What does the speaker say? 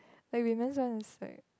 like women's one is like